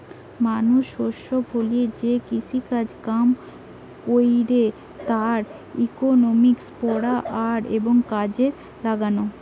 মানুষ শস্য ফলিয়ে যে কৃষিকাজ কাম কইরে তার ইকোনমিক্স পড়া আর এবং কাজে লাগালো